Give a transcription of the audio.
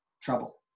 trouble